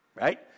right